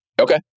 Okay